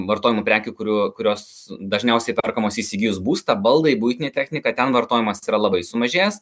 vartojamų prekių kurių kurios dažniausiai perkamos įsigijus būstą baldai buitinė technika ten vartojimas yra labai sumažėjęs